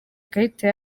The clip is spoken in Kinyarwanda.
ikarita